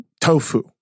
tofu